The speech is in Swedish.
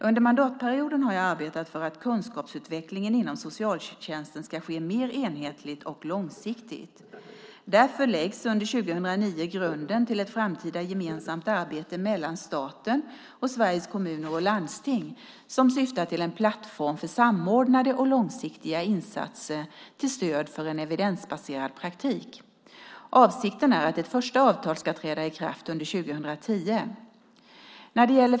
Under mandatperioden har jag arbetat för att kunskapsutvecklingen inom socialtjänsten ska ske mer enhetligt och långsiktigt. Därför läggs under 2009 grunden till ett framtida gemensamt arbete mellan staten och Sveriges Kommuner och Landsting som syftar till en plattform för samordnade och långsiktiga insatser till stöd för en evidensbaserad praktik. Avsikten är att ett första avtal ska träda i kraft under 2010.